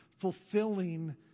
fulfilling